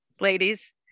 ladies